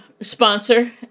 sponsor